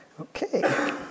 Okay